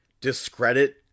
discredit